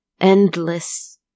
endless